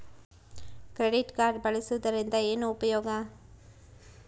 Credit card ಬಳಸುವದರಿಂದ ಏನು ಉಪಯೋಗ?